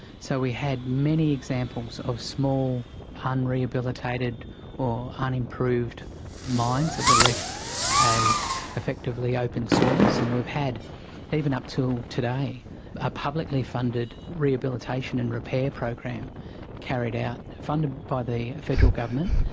so we had many examples of small un-rehabilitated or unimproved mines that were left as effectively open sores. and we've had even up until today a publicly funded rehabilitation and repair program carried out, funded by the federal government,